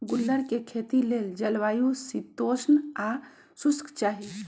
गुल्लर कें खेती लेल जलवायु शीतोष्ण आ शुष्क चाहि